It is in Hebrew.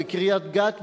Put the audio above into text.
בקריית-גת,